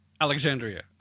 Alexandria